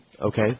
Okay